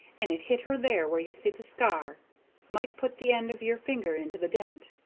and it hit her there where you see the scar might put the end of your finger into the dent.